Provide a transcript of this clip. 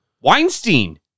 Weinstein